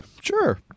Sure